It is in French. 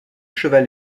cheval